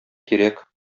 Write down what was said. кирәк